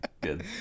Good